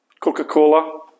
Coca-Cola